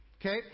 okay